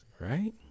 right